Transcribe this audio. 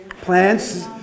Plants